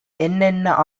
என்னென்ன